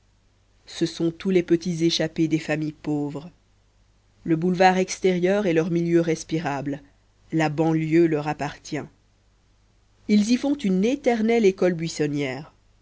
ce sont tous les petits échappés des familles pauvres le boulevard extérieur est leur milieu respirable la banlieue leur appartient ils y font une éternelle école buissonnière